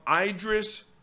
Idris